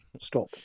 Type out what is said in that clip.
stop